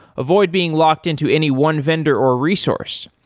avoid being locked into any one vendor or resource.